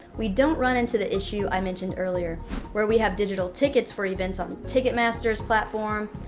we don't run into the issue i mentioned earlier where we have digital tickets for events on ticket master's platform,